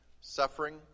suffering